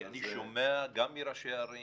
כי אני שומע גם מראשי ערים,